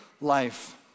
life